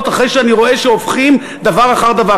אחרי שאני רואה שהופכים דבר אחר דבר?